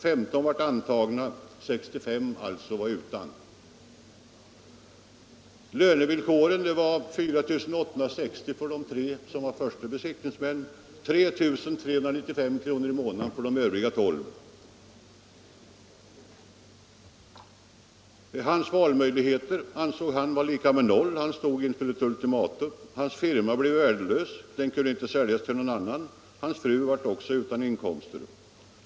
15 blev antagna och 65 blev alltså utan tjänst. Lönerna var 4 860 kr. för de tre som blev förste besiktningsmän och 3 395 kr. i månaden för de övriga tolv. Hans valmöjligheter ansåg han själv vara lika med noll. Han stod inför ett ultimatum. Hans firma blev värdelös, den kunde inte säljas till någon annan och hans fru blev också utan inkomster.